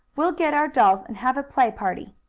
we'll get our dolls, and have a play party.